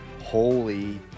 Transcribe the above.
holy